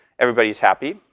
everybody is happy.